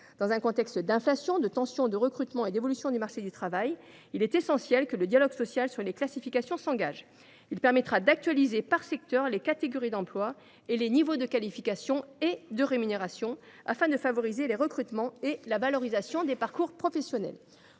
Dans un contexte d’inflation, de tensions en matière de recrutement et d’évolution du marché du travail, il est essentiel que le dialogue social sur les classifications s’engage. Il permettra d’actualiser par secteur les catégories d’emploi et les niveaux de qualification et de rémunération, afin de favoriser les recrutements et la valorisation des parcours professionnels.